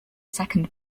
second